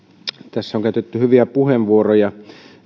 tässä on käytetty hyviä puheenvuoroja